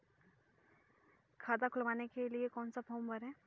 खाता खुलवाने के लिए कौन सा फॉर्म भरें?